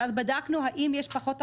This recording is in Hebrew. ואז בדקנו אם יש פחות תחרות,